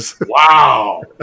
Wow